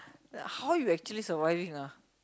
how you actually surviving ah